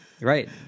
Right